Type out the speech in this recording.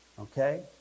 Okay